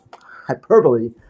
hyperbole